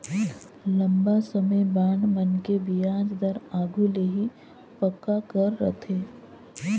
लंबा समे बांड मन के बियाज दर आघु ले ही पक्का कर रथें